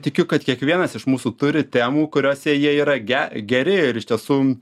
tikiu kad kiekvienas iš mūsų turi temų kuriose jie yra ge geri ir iš tiesų